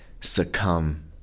succumb